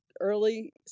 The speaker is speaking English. early